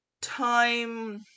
time